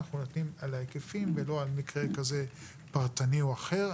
אנחנו נותנים על ההיקפים ולא על מקרה פרטני כזה או אחר.